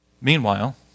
Meanwhile